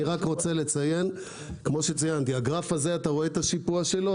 אני רק רוצה לציין כמו שציינתי אתה רואה את השיפוע של הגרף הזה?